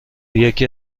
یکی